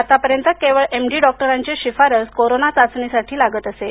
आतापर्यंत केवळ M D डॉक्टरांचीच शिफारस कोरोना चाचणीसाठी लागत असे